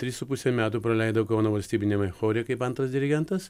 tris su puse metų praleidau kauno valstybiniame chore kaip antras dirigentas